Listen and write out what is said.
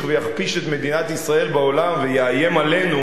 ויכפיש את מדינת ישראל בעולם ויאיים עלינו,